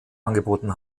angeboten